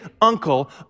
uncle